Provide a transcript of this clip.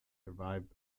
survived